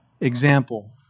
example